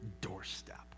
doorstep